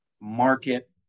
market